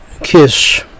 KISS